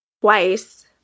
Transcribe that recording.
twice